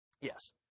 Yes